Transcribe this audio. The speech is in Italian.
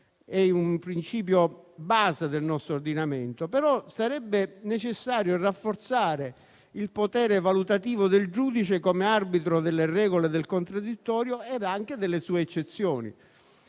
è un principio base del nostro ordinamento, però sarebbe necessario rafforzare il potere valutativo del giudice come arbitro delle regole del contraddittorio ed anche delle sue eccezioni,